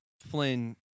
flynn